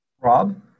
Rob